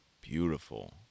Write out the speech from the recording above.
beautiful